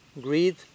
greed